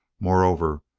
moreover,